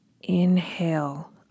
Inhale